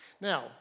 Now